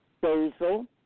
basil